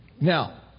Now